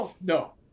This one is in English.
No